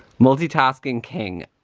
multitasking king,